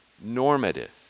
normative